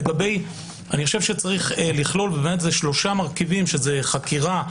אני חושב שצריך לכלול שלושה מרכיבים חקירה,